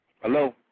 Hello